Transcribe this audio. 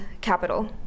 capital